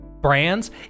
brands